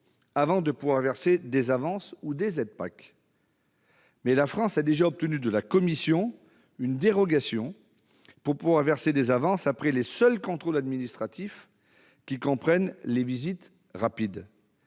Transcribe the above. avant le versement des avances ou des aides PAC. La France a déjà obtenu de la Commission européenne une dérogation pour pouvoir verser des avances après les seuls contrôles administratifs, lesquels comprennent les visites rapides.